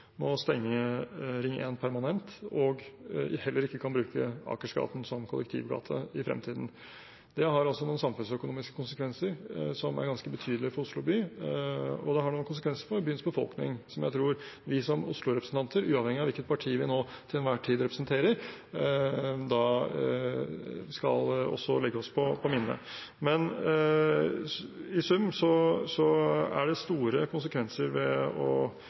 må stenge Ring 1 permanent, og heller ikke kan bruke Akersgata som kollektivgate i fremtiden. Det har noen samfunnsøkonomiske konsekvenser som er ganske betydelige for Oslo by, og det har noen konsekvenser for byens befolkning, som jeg tror vi som Oslo-representanter, uavhengig av hvilket parti vi til enhver tid representerer, også skal legge oss på minne. I sum er det altså store konsekvenser ved å